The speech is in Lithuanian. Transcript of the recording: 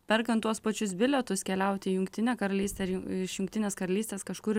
perkant tuos pačius bilietus keliauti į jungtinę karalystę iš jungtinės karalystės kažkur